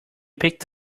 picked